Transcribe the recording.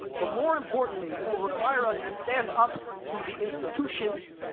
but more importantly, it will require us to stand up to the institutions